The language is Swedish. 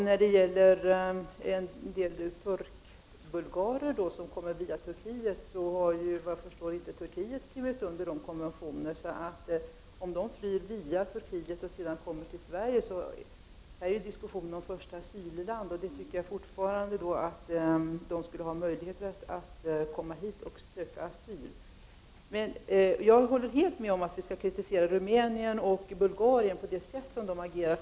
Herr talman! Såvitt jag förstår har Turkiet inte skrivit under konventioner när det gäller de turkbulgarer som kommer via Turkiet. Man kan diskutera vilket land som är första asylland, om dessa människor flyr via Turkiet till Sverige. Jag anser att dessa människor skulle ha möjlighet att söka asyl i Sverige. Jag håller helt med om att vi skall kritisera Rumänien och Bulgarien för det sätt på vilket de har agerat.